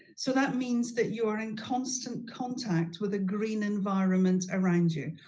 so that means that you are in constant contact with a green environment around you.